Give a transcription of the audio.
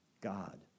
God